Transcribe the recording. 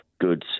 goods